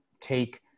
take